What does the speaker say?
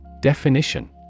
Definition